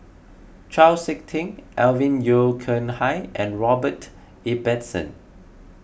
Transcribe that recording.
Chau Sik Ting Alvin Yeo Khirn Hai and Robert Ibbetson